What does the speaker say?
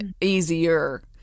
easier